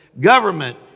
Government